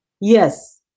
Yes